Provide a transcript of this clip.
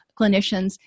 clinicians